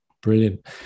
Brilliant